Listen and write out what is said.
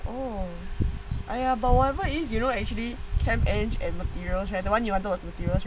oh !aiya! but whatever it is you know actually can edge and materials the [one] you wanted the materials right